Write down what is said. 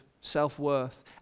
self-worth